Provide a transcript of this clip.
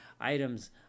Items